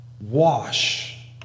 Wash